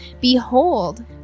Behold